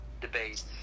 debates